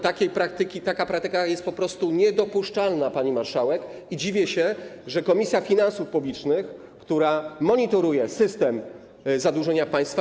Taka praktyka jest po prostu niedopuszczalna, pani marszałek, i dziwię się, że Komisja Finansów Publicznych, która monitoruje system zadłużenia państwa.